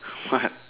what